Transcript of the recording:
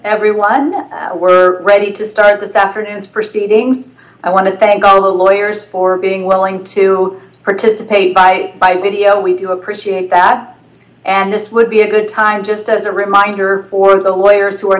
everyone we're ready to start this afternoon's proceedings i want to thank all the lawyers for being willing to participate by video we do appreciate that and this would be a good time just as a reminder for the way or so who are